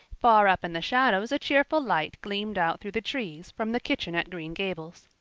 far up in the shadows a cheerful light gleamed out through the trees from the kitchen at green gables.